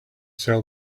sell